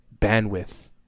bandwidth